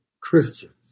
Christians